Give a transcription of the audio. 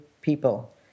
people